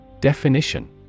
Definition